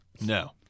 No